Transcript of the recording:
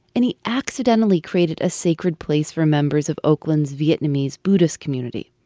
and he accidentally created a sacred place for members of oakland's vietnamese buddhist community.